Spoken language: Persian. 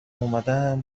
اومدم